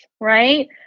right